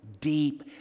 deep